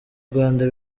rwanda